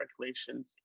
regulations